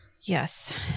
Yes